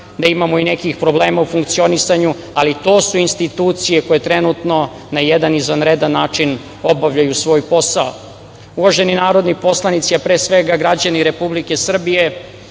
da imamo i nekih problema u funkcionisanju, ali to su institucije koje trenutno na jedan izvanredan način obavljaju svoj posao. Uvaženi narodni poslanici, a pre svega građani Republike Srbije,